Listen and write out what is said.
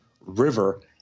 river